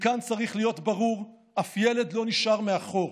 מכאן צריך להיות ברור: אף ילד לא נשאר מאחור.